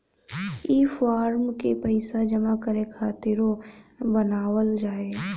ई फारम के पइसा जमा करे खातिरो बनावल जाए